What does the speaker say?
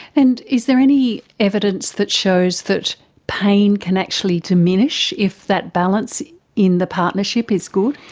and is there any evidence that shows that pain can actually diminish if that balance in the partnership is good?